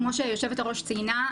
כמו שהיו"ר ציינה,